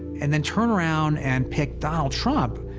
and then turn around and pick donald trump,